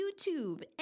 YouTube